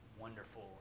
wonderful